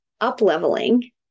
up-leveling